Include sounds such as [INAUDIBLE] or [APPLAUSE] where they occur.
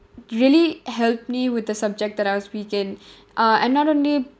really helped me with the subject that I was weak in [BREATH] uh and not only